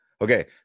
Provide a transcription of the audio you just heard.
Okay